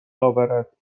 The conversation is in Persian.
اورد